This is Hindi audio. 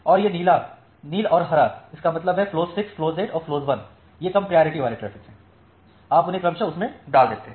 और यह नीला नील और हरा इसका मतलब है फ्लोस 6 फ्लोस 8 और फ्लोस 1 वे कम प्रायोरिटी वाले ट्रैफिक हैं आप उन्हें क्रमशः उस में डाल देते हैं